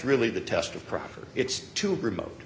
really the test of property it's too remote